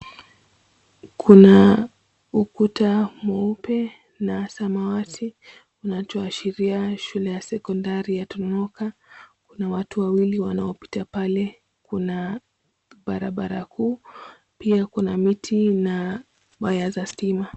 Kuna ukuta mweupe na samawati unatuashiria shule ya sekondari ya tononoka, kuna watu wawili wanapita pale, kuna barabara kuu pia kuna miti na waya za stima.